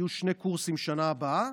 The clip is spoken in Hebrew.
יהיו שני קורסים בשנה הבאה.